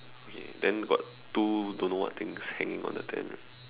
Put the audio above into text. okay then got two don't know what things hanging on the fence